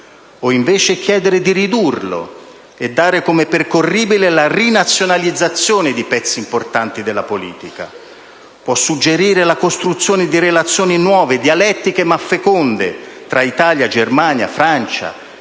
o invece chiedere di ridurlo e dare come percorribile la rinazionalizzazione di pezzi importanti della politica. Può suggerire la costruzione di relazioni nuove, dialettiche ma feconde, tra Italia, Germania, Francia,